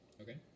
Okay